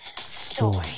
Story